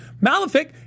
malefic